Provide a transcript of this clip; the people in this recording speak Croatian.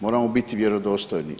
Moramo biti vjerodostojni.